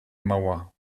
mauer